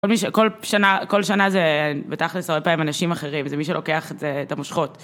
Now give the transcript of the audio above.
כל שנה זה בתכלס הרבה פעמים אנשים אחרים, זה מי שלוקח את המושכות.